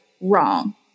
wrong